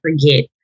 forget